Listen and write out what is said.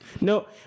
No